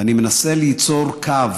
ואני מנסה ליצור קו